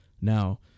Now